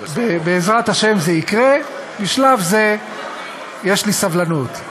בעזרת השם זה יקרה, בשלב זה יש לי סבלנות.